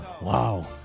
wow